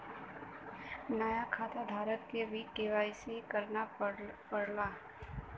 नया खाताधारक के भी के.वाई.सी करना पड़ला